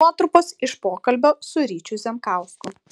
nuotrupos iš pokalbio su ryčiu zemkausku